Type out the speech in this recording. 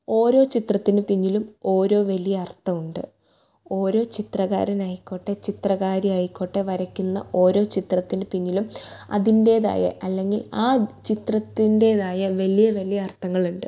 ഓരോ ചിത്രത്തിന് പിന്നിലും ഓരോ വലിയ അർത്ഥമുണ്ട് ഓരോ ചിത്രകാരനായിക്കോട്ടെ ചിത്രകാരിയായിക്കോട്ടെ വരക്കുന്ന ഓരോ ചിത്രത്തിന് പിന്നിലും അതിൻ്റെതായ അല്ലെങ്കിൽ ആ ചിത്രത്തിൻ്റെതായ വലിയ വലിയ അർത്ഥങ്ങളുണ്ട്